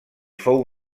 fou